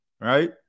right